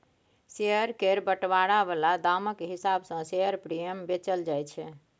share केर बंटवारा बला दामक हिसाब सँ शेयर प्रीमियम बेचल जाय छै